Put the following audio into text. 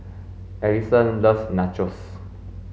Ellison loves Nachos